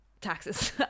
taxes